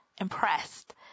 impressed